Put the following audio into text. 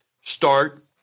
Start